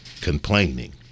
complaining